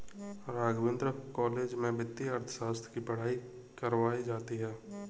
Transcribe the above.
Raghavendra college में वित्तीय अर्थशास्त्र की पढ़ाई करवायी जाती है